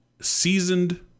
seasoned